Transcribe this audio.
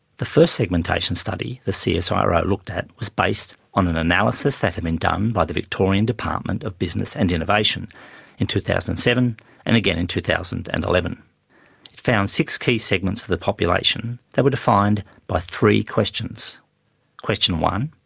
the first segmentation study the csiro so ah looked at was based on an analysis that had been done by the victorian department of business and innovation in two thousand and seven and again in two thousand and eleven. it found six key segments of the population that were defined by three questions questions one.